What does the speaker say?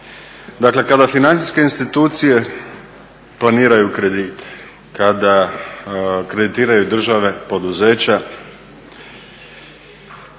Dakle, kada financijske institucije planiraju kredit, kada kreditiraju države, poduzeća